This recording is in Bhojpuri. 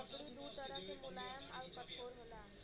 लकड़ी दू तरह के मुलायम आउर कठोर होला